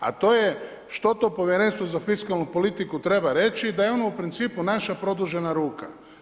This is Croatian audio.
A to je što to povjerenstvo za fiskalnu politiku treba reći, da je ono u principu naša produžena ruka.